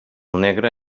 negre